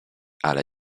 ale